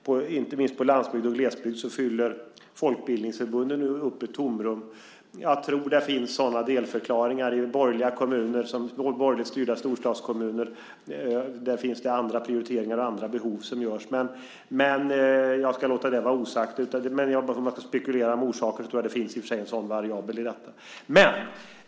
Inte minst på landsbygd och i glesbygd fyller dock folkbildningsförbunden upp ett tomrum. Jag tror att det finns sådana delförklaringar. I borgerligt styrda storstadskommuner finns det andra prioriteringar gällande andra behov som görs. Jag ska låta det vara osagt, men ska man spekulera om orsaker tror jag i och för sig att det finns en sådan variabel i detta.